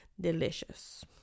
Delicious